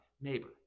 neighbor